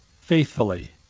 faithfully